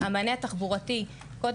המענה התחבורתי כולל,